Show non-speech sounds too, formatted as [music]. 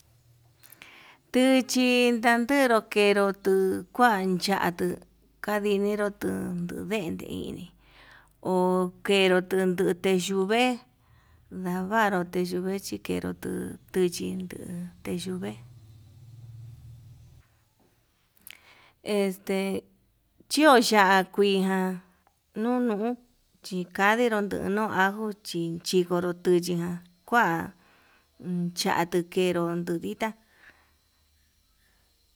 Tuchi ndakenro tenro kuan ñaduu kaninero tuu, ndudente ini ho kenru tundute yuu nduve ndavaru tunduve chi kneru tuu nduchin nduu, teyuve [noise] este chio ya'á kuiján nunu chikandiro ndunuu ajo chichikoro tuchi ján kua yatuu kenró ndu ditá.